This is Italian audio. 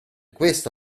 questo